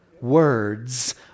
words